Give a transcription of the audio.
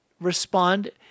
respond